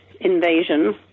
invasion